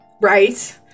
Right